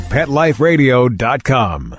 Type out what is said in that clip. PetLifeRadio.com